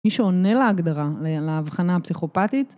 מי שעונה להגדרה להבחנה הפסיכופתית